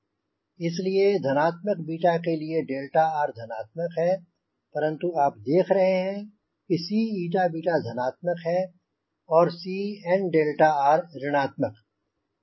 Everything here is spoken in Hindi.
इसलिए धनात्मक 𝛽 के लिए 𝛿r धनात्मक है परंतु आप देख रहे हैं कि C धनात्मक है और Cnrऋण आत्मक है